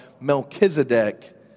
Melchizedek